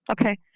Okay